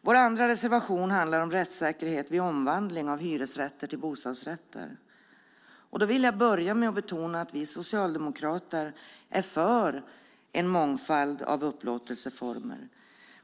Vår andra reservation handlar om rättssäkerhet vid omvandling av hyresrätter till bostadsrätter. Då vill jag börja med att betona att vi socialdemokrater är för en mångfald av upplåtelseformer.